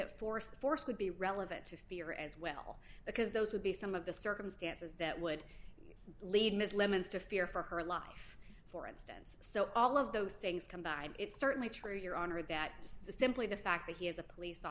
that force force would be relevant to fear as well because those would be some of the circumstances that would lead miss lemons to fear for her life for instance so all of those things combined it's certainly true your honor that just simply the fact that he is a police